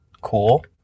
Cool